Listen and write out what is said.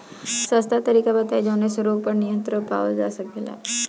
सस्ता तरीका बताई जवने से रोग पर नियंत्रण पावल जा सकेला?